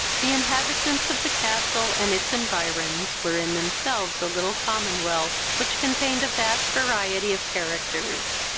the inhabitants of the castle and its environs were in themselves a little commonwealth, which contained a vast variety of characters.